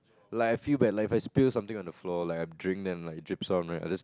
like I feel bad like I spilt something on the floor like I drink then it drip on my I just